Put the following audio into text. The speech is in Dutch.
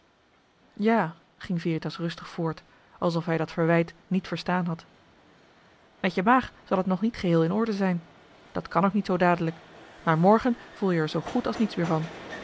ja ging veritas rustig voort alsof hij dat verwijt niet verstaan had met je maag zal het nog niet geheel in orde zijn dat kan ook niet zoo dadelijk maar morgen voel je er zoo goed als niets meer van